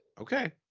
Okay